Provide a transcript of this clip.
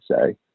say